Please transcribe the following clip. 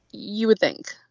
you would think,